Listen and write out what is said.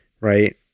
right